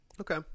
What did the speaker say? Okay